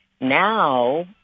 Now